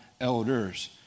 elders